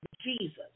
Jesus